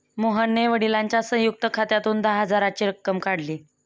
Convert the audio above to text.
मोहनने वडिलांच्या संयुक्त खात्यातून दहा हजाराची रक्कम काढली